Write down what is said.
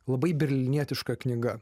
labai berlynietiška knyga